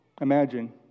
Imagine